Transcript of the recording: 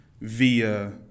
via